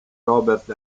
robert